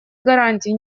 гарантий